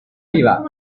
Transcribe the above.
viva